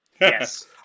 Yes